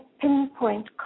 pinpoint